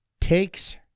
takes